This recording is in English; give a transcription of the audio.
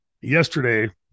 yesterday